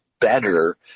better